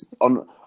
on